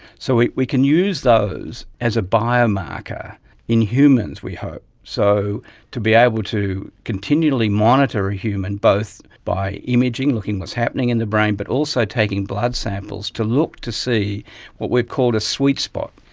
so we we can use those as a biomarker in humans we hope. so to be able to continually monitor a human, both by imaging, looking at what's happening in the brain, but also taking blood samples to look to see what we've called a sweet spot.